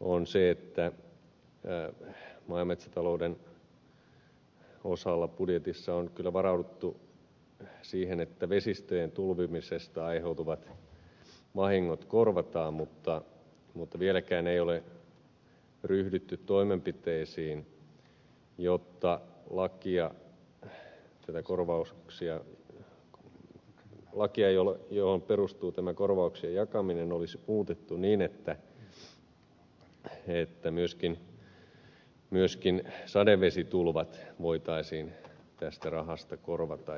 on se että maa ja metsätalouden osalla budjetissa on kyllä varauduttu siihen että vesistöjen tulvimisesta aiheutuvat vahingot korvataan mutta vieläkään ei ole ryhdytty toimenpiteisiin jotta lakia johon perustuu tämä korvauksien jakaminen olisi muutettu niin että myöskin sadevesitulvat voitaisiin tästä rahasta korvata